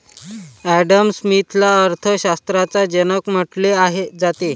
Adam स्मिथला अर्थ शास्त्राचा जनक म्हटले जाते